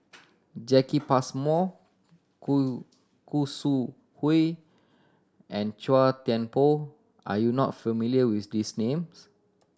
Jacki Passmore Khoo Khoo Sui Hoe and Chua Thian Poh are you not familiar with these names